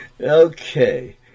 Okay